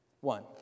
One